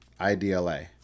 IDLA